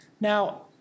Now